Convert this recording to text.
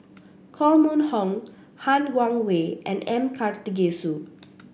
Koh Mun Hong Han Guangwei and M Karthigesu